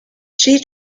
she